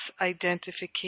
identification